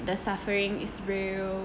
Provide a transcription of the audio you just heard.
the suffering is real